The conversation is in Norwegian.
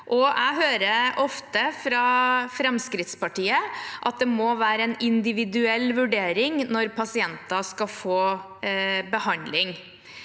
Jeg hører ofte fra Fremskrittspartiet at det må være en individuell vurdering når pasienter skal få behandling,